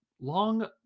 long